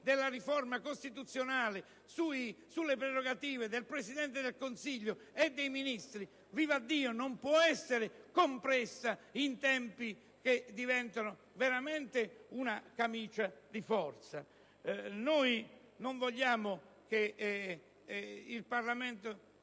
della riforma costituzionale sulle prerogative del Presidente del Consiglio e dei Ministri, vivaddio, non può essere compressa in tempi che diventano veramente una camicia di forza. Non vogliamo che il Parlamento